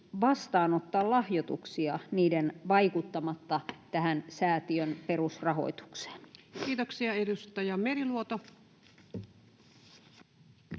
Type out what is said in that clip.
vastaanottaa lahjoituksia niiden vaikuttamatta tähän säätiön perusrahoitukseen. [Speech 150]